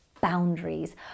boundaries